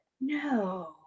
No